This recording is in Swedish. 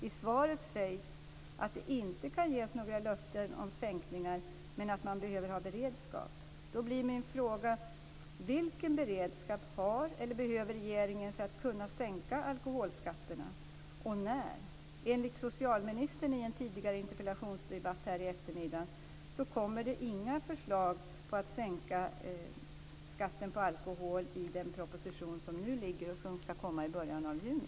I svaret sägs att det inte kan ges några löften om sänkningar men att man behöver ha beredskap. Då blir min fråga: Vilken beredskap har eller behöver regeringen för att kunna sänka alkoholskatterna, och när? Enligt vad socialministern sade i en tidigare interpellationsdebatt här i eftermiddag kommer det inga förslag om att sänka skatten på alkohol i den proposition som skall läggas fram i början av juni.